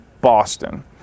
Boston